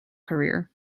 career